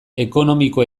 ekonomiko